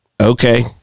Okay